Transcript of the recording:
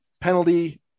penalty